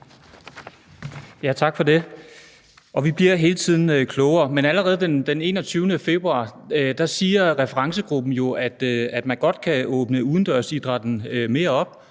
Tak for det. Vi bliver hele tiden klogere. Men allerede den 21. februar siger referencegruppen jo, at man godt kan åbne udendørsidrætten mere op,